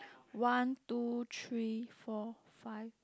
one two three four five